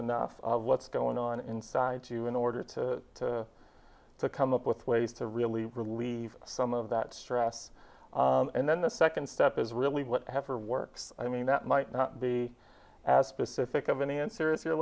enough of what's going on inside you in order to come up with ways to relieve relieve some of that stress and then the second step is really whatever works i mean that might not be as specific of any answers you're